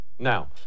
now